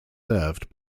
served